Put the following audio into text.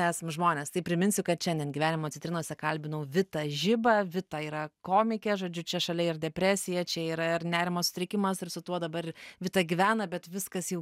esam žmonės tai priminsiu kad šiandien gyvenimo citrinose kalbinau vitą žibą vita yra komikė žodžiu čia šalia ir depresija čia yra ir nerimo sutrikimas ir su tuo dabar vita gyvena bet viskas jau